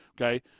okay